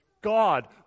God